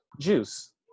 Juice